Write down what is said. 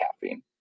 caffeine